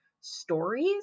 stories